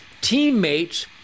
teammates